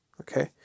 Okay